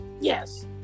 yes